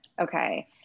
Okay